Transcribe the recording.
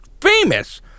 famous